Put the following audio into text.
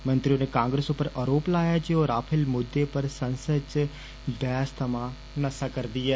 मंत्री होरें कांग्रेस उप्पर आरोप लाया जे ओह् राफेल मुद्दे पर संसद च बैहस थमां नस्सा करदी ऐ